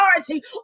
authority